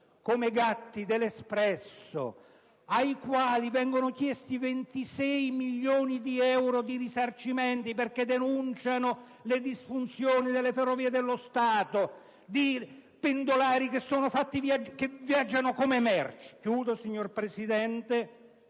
come Gatti de «L'espresso», ai quali vengono chiesti 26 milioni di euro di risarcimenti perché denunciano le disfunzioni delle Ferrovie dello Stato e la situazione di pendolari che viaggiano come merci. Concludo il mio intervento,